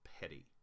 petty